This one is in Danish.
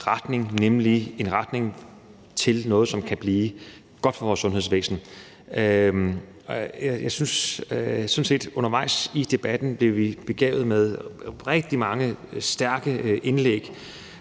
nemlig i retning af noget, som kan blive godt for vores sundhedsvæsen. Jeg synes sådan set, at vi undervejs i debatten blev begavet med rigtig mange stærke indlæg,